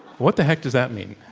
what the heck does that mean?